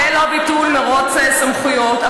זה לא ביטול מירוץ סמכויות,